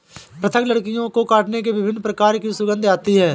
पृथक लकड़ियों को काटने से विभिन्न प्रकार की सुगंध आती है